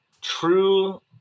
true